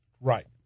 Right